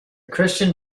christian